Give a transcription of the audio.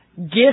Get